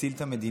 נציל את המדינה?